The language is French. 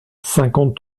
cinquante